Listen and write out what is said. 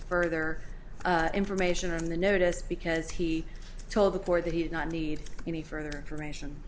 further information on the notice because he told the four that he did not need any further information